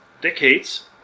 decades